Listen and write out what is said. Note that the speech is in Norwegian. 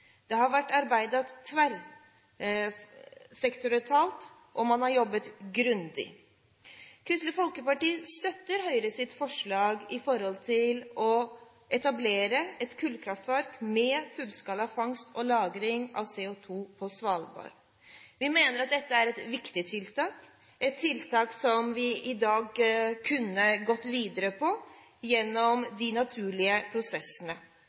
Det har vært arbeidet tverrsektorielt, og man har jobbet grundig. Kristelig Folkeparti støtter Høyres forslag om etablering av kullkraftverk med fullskala fangst og lagring av CO2 på Svalbard. Vi mener at dette er et viktig tiltak – et tiltak som vi i dag kunne gått videre på gjennom de naturlige prosessene.